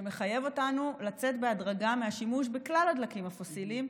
שמחייב אותנו לצאת בהדרגה מהשימוש בכלל הדלקים הפוסיליים,